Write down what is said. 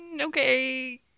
okay